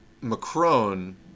Macron